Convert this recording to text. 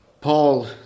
Paul